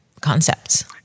concepts